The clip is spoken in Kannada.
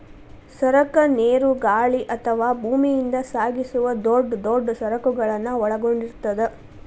ಸರಕ ನೇರು ಗಾಳಿ ಅಥವಾ ಭೂಮಿಯಿಂದ ಸಾಗಿಸುವ ದೊಡ್ ದೊಡ್ ಸರಕುಗಳನ್ನ ಒಳಗೊಂಡಿರ್ತದ